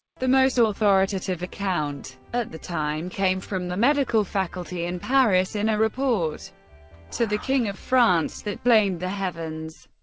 the most ah authoritative account at the time came from the medical faculty in paris in a report to the king of france that blamed the heavens,